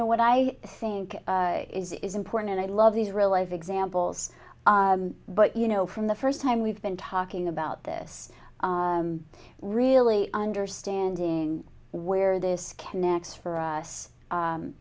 know what i think is important and i love these real life examples but you know from the first time we've been talking about this really understanding where this connects for us